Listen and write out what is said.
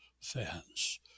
fans